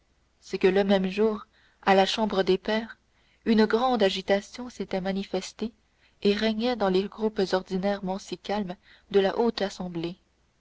c'est que le même jour à la chambre des pairs une grande agitation s'était manifestée et régnait dans les groupes ordinairement si calmes de la haute assemblée